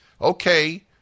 okay